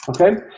Okay